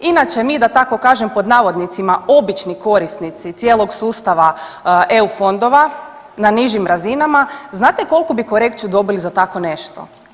Inače, mi da tako kažem pod navodnicima obični korisnici cijelog sustava EU fondova na nižim razinama, znate kolku bi korekciju dobili za tako nešto?